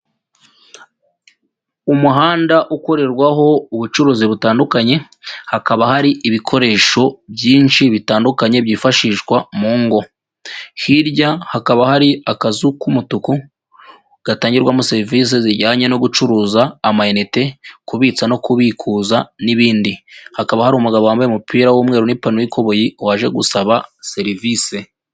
Umuhanda ukorerwaho ubucuruzi butandukanye, hakaba hari ibikoresho byinshi bitandukanye byifashishwa mu ngo. Hirya hakaba hari akazu k'umutuku gatangirwamo serivisi zijyanye no gucuruza amainnete, kubitsa no kubikuza n'ibindi. Hakaba hari umugabo wambaye umupira w'umweru n'lpantaro y'ikoboyi waje gusaba serivisi.